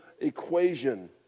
equation